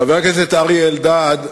חבר הכנסת אריה אלדד,